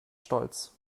stolz